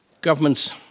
Governments